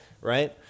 Right